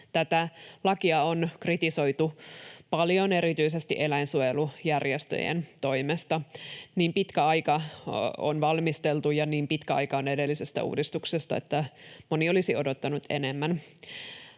Tätä lakia on kritisoitu paljon erityisesti eläinsuojelujärjestöjen toimesta. Niin pitkä aika on valmisteltu ja niin pitkä aika on edellisestä uudistuksesta, että moni olisi odottanut enemmän.